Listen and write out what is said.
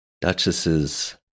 duchesses